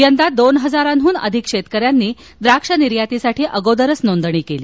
यंदा दोन हजारांहन अधिक शेतकऱ्यांनी द्राक्ष निर्यातीसाठी अगोदरच नोंदणी केली